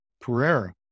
Pereira